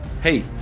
hey